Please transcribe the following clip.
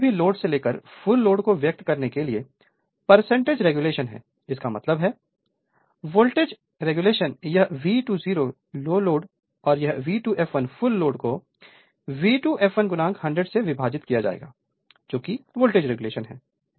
तो कोई भी लोड से लेकर फुल लोड को व्यक्त करने के लिए एज एजवोल्टेज है इसका मतलब है वोल्टेज लेशन यह V2 0 लो लोड है और यह V2 f1 फुल लोड को V2 fl 100 से विभाजित किया जाएगा जोकि वोल्टेज रेगुलेशन है